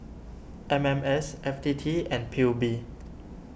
M M S F T T and P U B